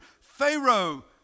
Pharaoh